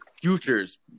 futures